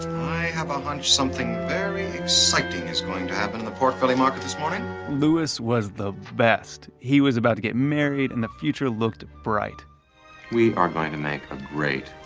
i have a hunch something very exciting is going to happen in the pork belly market this morning louis was the best. he was about to get married and the future looked bright we are going to make a great